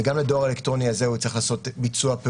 וגם לדואר האלקטרוני הזה הוא יצטרך לעשות פעולה,